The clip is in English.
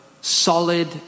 solid